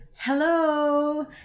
hello